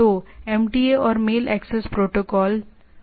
तो एमटीए और mail access protocol सही